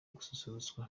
gususurutswa